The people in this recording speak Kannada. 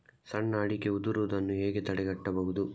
ಸಣ್ಣ ಅಡಿಕೆ ಉದುರುದನ್ನು ಹೇಗೆ ತಡೆಗಟ್ಟಬಹುದು?